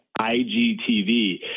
IGTV